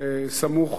סמוך